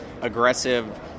aggressive